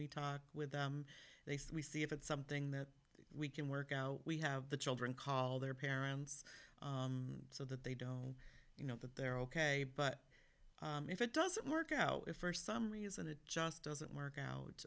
we talk with them they say we see if it's something that we can work out we have the children call their parents so that they don't you know that they're ok but if it doesn't work out first some reason it just doesn't work out